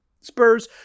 Spurs